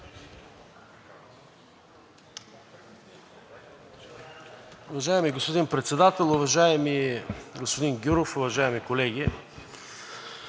Уважаеми господин Председател, уважаеми господин Гюров, уважаеми колеги!